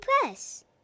Press